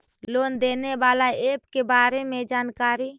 Loan देने बाला app के बारे मे जानकारी?